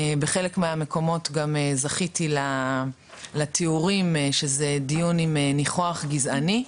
בחלק מהמקומות גם זכיתי לתיאורים שזה דיון עם ניחוח גזעני,